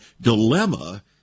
dilemma